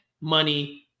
money